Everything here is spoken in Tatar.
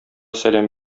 сәлам